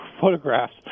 photographs